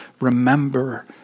remember